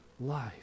life